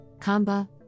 Kamba